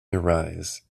arise